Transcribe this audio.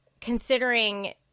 considering